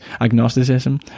agnosticism